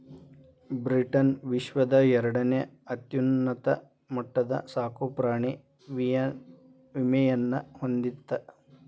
Britain ವಿಶ್ವದ ಎರಡನೇ ಅತ್ಯುನ್ನತ ಮಟ್ಟದ ಸಾಕುಪ್ರಾಣಿ ವಿಮೆಯನ್ನ ಹೊಂದಿತ್ತ